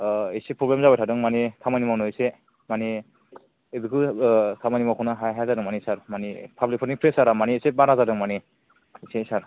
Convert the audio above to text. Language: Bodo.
एसे प्रब्लेम जाबाय थादों माने खामानि मावनायाव एसे माने खामानि मावख'नो हाया हाया जादों माने सार माने पाब्लिक फोरनि प्रेसार आ माने एसे बारा जादों एसे सार